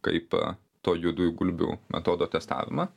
kaip to juodųjų gulbių metodo testavimą